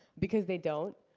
because they don't.